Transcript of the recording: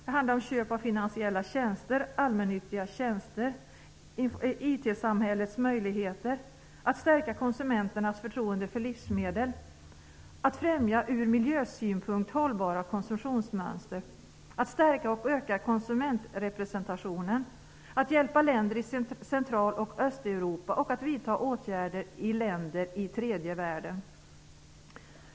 Det handlar om köp av finansiella tjänster, allmännyttiga tjänster, IT-samhällets möjligheter, att stärka konsumenternas förtroende för livsmedel, att främja ur miljösynpunkt hållbara konsumtionsmönster, stärka och öka konsumentrepresentationen, hjälpa länder i Central och Östeuropa och att vidta åtgärder i länder i tredje världen.